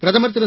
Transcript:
பிரதமர் திரு